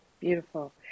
Beautiful